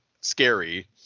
scary